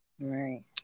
Right